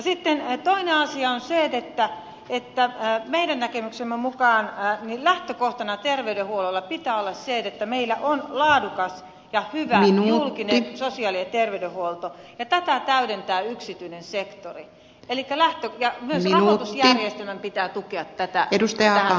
sitten toinen asia on se että meidän näkemyksemme mukaan lähtökohtana terveydenhuollossa pitää olla se että meillä on laadukas ja hyvä julkinen sosiaali ja terveydenhuolto ja tätä täydentää yksityinen sektori ja myös rahoitusjärjestelmän pitää tukea tätä tähän suuntaan